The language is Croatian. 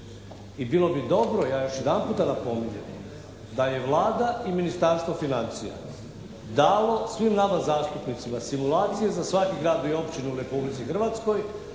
I bilo bi dobro, ja još jedanputa napominjem da je Vlada i Ministarstvo financija dalo svim nama zastupnicima stimulacije za svaki grad i općinu u Republici Hrvatskoj,